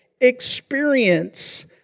experience